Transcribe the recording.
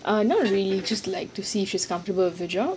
err not really just like to see if she is comfortable with her job